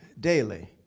daily.